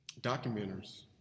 documenters